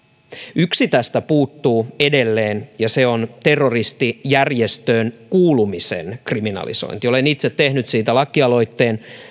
yksi tästä puuttuu edelleen ja se on terroristijärjestöön kuulumisen kriminalisointi olen itse tehnyt siitä lakialoitteen